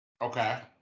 okay